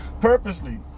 Purposely